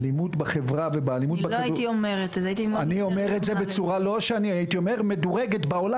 אני אומר את זה,